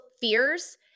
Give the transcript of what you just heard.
fears